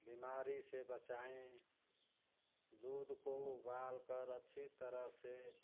बीमारी से बचाएँ दूध को उबाल कर अच्छी तरह से